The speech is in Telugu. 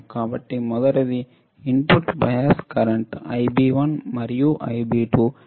కాబట్టి మొదటిది ఇన్పుట్ బయాస్ కరెంట్ Ib1 మరియు Ib2